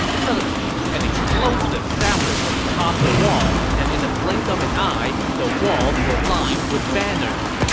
suddenly, an explosive sounded from atop the wall, and in the blink of an eye, the walls were lined with banners.